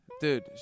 Dude